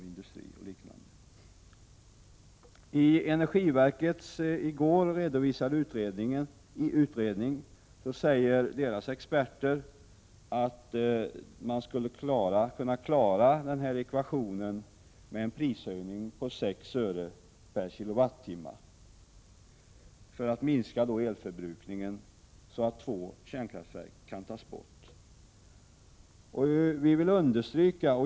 I energiverkets i går redovisade utredning säger dess experter att det skulle räcka med en prishöjning på 6 öre per k Wh för att minska elförbrukningen så att två kärnkraftverk kan tas ur drift.